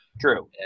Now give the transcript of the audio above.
True